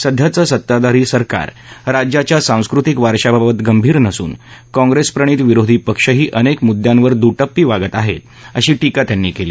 सध्याचं सत्ताधारी सरकार राज्याच्या सांस्कृतिक वारशाबाबत गंभीर नसून काँग्रेसप्रणित विरोधी पक्षही अनेक मुद्द्यांवर दुटप्पी वागत आहेत अशी टीका त्यांनी केली